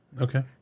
Okay